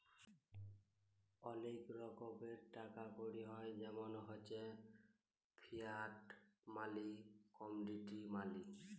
ওলেক রকমের টাকা কড়ি হ্য় জেমল হচ্যে ফিয়াট মালি, কমডিটি মালি